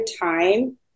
time